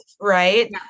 Right